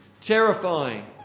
Terrifying